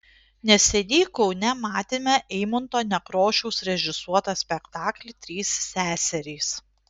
neseniai kaune matėme eimunto nekrošiaus režisuotą spektaklį trys seserys